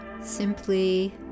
simply